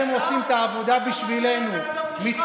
לשמחתי, אתם עושים את העבודה בשבילנו, די.